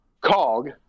cog